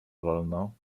wolno